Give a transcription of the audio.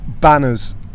banners